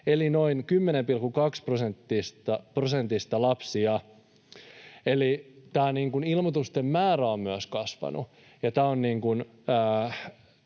eli noin 10,2 prosentista lapsia. Eli tämä ilmoitusten määrä on myös kasvanut,